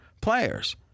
players